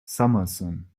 summerson